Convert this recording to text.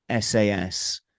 sas